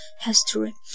history